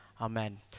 Amen